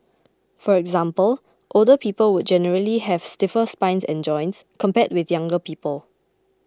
for example older people would generally have stiffer spines and joints compared with younger people